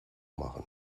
machen